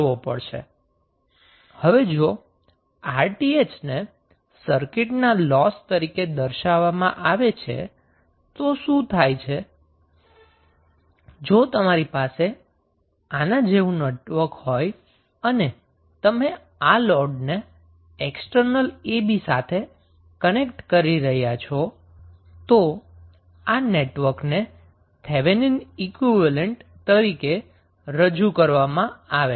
હવે જો 𝑅𝑇ℎ ને સર્કિટના લોસ તરીકે દર્શાવવામાં આવે છે તો શુ થાય છે જો તમારી પાસે આના જેવું નેટવર્ક હોય અને તમે આ લોડને એક્સટર્નલ ટર્મિનલ ab સાથે કનેક્ટ કરી રહ્યાં છો જો આ નેટવર્કને થેવેનિન ઈક્વીવેલેન્ટ તરીકે રજૂ કરવામાં આવે